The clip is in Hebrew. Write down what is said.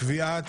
קביעת